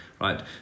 right